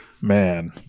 Man